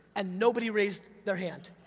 and nobody raised their hand.